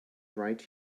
right